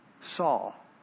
Saul